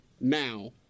now